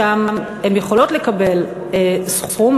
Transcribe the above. ושם הן יכולות לקבל סכום,